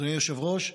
אדוני היושב-ראש,